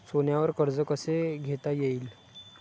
सोन्यावर कर्ज कसे घेता येईल?